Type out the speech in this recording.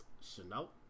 Chanel